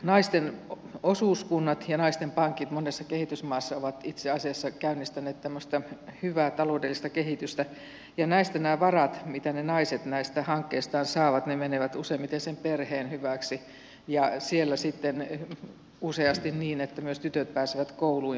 naisten osuuskunnat ja naisten pankit monessa kehitysmaassa ovat itse asiassa käynnistäneet tämmöistä hyvää taloudellista kehitystä ja näistä nämä varat mitä ne naiset näistä hankkeistaan saavat menevät useimmiten sen perheen hyväksi ja siellä sitten useasti niin että myös tytöt pääsevät kouluun ja koulutukseen